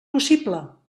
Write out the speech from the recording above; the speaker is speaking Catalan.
possible